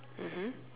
mmhmm